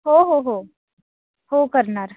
हो हो हो हो करणार